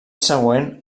següent